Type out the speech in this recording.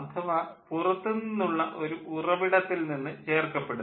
അഥവാ പുറത്തുള്ള ഒരു ഉറവിടത്തിൽ നിന്ന് ചേർക്കപ്പെടുന്നത്